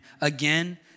again